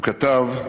הוא כתב: